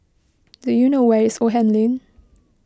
do you know where is Oldham Lane